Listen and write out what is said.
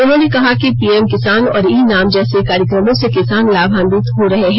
उन्होंने कहा कि पीएम किसान और ई नाम जैसे कार्यक्रमों से किसान लाभान्वित हो रहे हैं